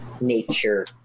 nature